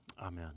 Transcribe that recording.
Amen